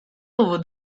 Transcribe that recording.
over